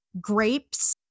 grapes